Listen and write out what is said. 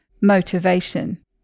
motivation